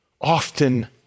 Often